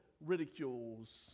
ridicules